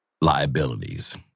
liabilities